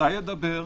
מתי ידבר.